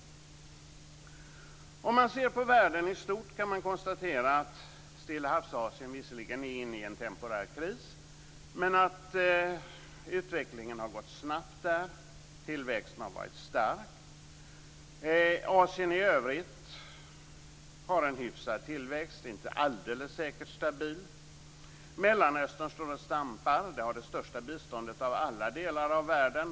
Om man ser på världen i stort kan man konstatera att Stillahavsasien visserligen är inne i en temporär kris, men att utvecklingen har gått snabbt där och att tillväxten har varit stark. Asien i övrigt har en hyfsad tillväxt - inte alldeles säkert stabil. Mellanöstern står och stampar. De har det största biståndet av alla delar av världen.